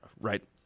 Right